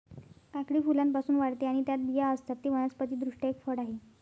काकडी फुलांपासून वाढते आणि त्यात बिया असतात, ते वनस्पति दृष्ट्या एक फळ आहे